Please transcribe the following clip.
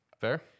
Fair